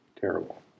Terrible